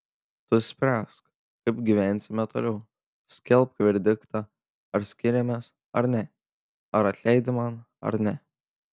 tu spręsk kaip gyvensime toliau skelbk verdiktą ar skiriamės ar ne ar atleidi man ar ne